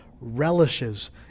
relishes